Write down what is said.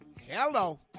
Hello